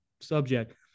subject